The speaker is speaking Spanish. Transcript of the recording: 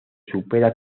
supera